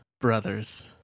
Brothers